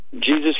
Jesus